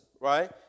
right